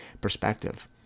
perspective